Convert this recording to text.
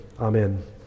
amen